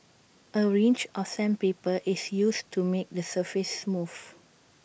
A range of sandpaper is used to make the surface smooth